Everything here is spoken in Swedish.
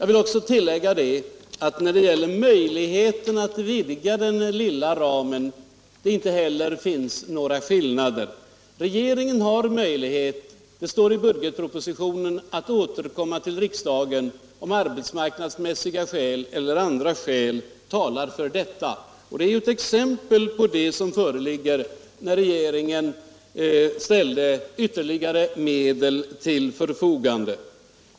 I fråga om möjligheterna att vidga den lilla ramen finns det inte heller några skillnader. Regeringen har möjlighet — det står i budgetpropositionen — att återkomma till riksdagen om arbetsmarknadsmässiga skäl eller andra skäl talar för detta. Det var ju ett exempel på det som gavs när regeringen ställde ytterligare medel till förfogande.